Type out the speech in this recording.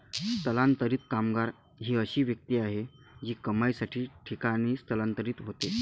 स्थलांतरित कामगार ही अशी व्यक्ती आहे जी कमाईसाठी ठिकाणी स्थलांतरित होते